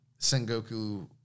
Sengoku